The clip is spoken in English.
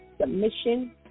submission